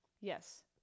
Yes